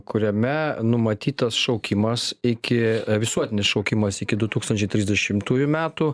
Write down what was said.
kuriame numatytas šaukimas iki visuotinis šaukimas iki du tūkstančiai trisdešimtųjų metų